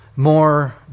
More